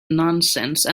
nonsense